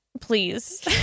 Please